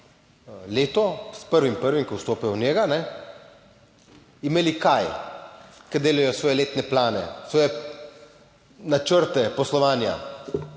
leto s 1. 1., ko vstopijo v njega, ne, imeli kaj? Ker delajo svoje letne plane, svoje načrte poslovanja.